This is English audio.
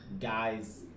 guys